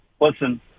Listen